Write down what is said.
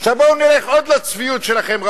עכשיו בואו נלך עוד לצביעות שלכם,